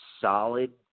solid